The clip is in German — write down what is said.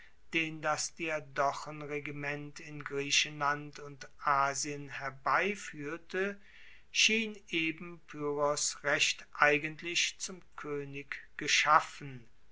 den das diadochenregiment in griechenland und asien herbeifuehrte schien eben pyrrhos recht eigentlich zum koenig geschaffen